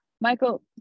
Michael